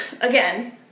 again